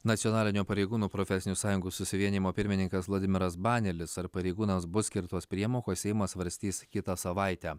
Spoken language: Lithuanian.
nacionalinio pareigūnų profesinių sąjungų susivienijimo pirmininkas vladimiras banelis ar pareigūnams bus skirtos priemokos seimas svarstys kitą savaitę